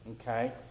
Okay